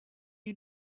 you